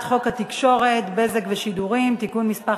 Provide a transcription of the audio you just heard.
חוק התקשורת (בזק ושידורים) (תיקון מס'